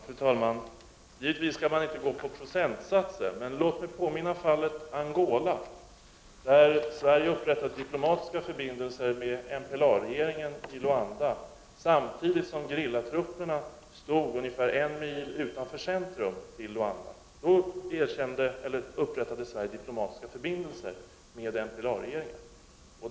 Fru talman! Man skall givetvis inte gå efter procentsatser. Men låt mig påminna om fallet Angola. Sverige upprättade diplomatiska förbindelser med MPLA-regeringen i Luanda när gerillatrupperna stod ungefär en mil utanför centrum av Luanda. Då upprättade Sverige diplomatiska förbindelser med MPLA-regeringen.